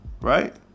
Right